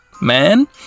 man